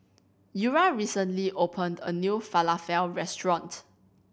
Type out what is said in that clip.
Eura recently opened a new Falafel Restaurant